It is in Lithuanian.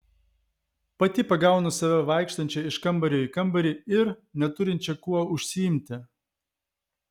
pati pagaunu save vaikštančią iš kambario į kambarį ir neturinčią kuo užsiimti